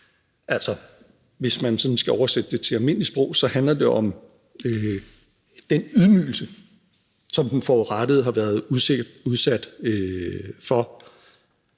Altså, hvis man sådan skal oversætte det til almindeligt sprog, handler det om den ydmygelse, som den forurettede har været udsat for,